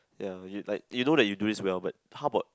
ya you like you know that you do this well but how about